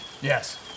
Yes